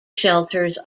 shelters